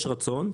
יש רצון.